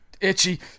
itchy